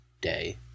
day